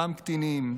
גם קטינים.